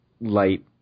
light